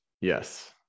yes